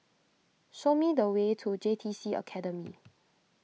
show me the way to J T C Academy